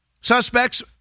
suspects